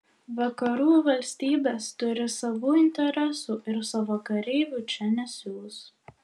vakarų valstybės turi savų interesų ir savo kareivių čia nesiųs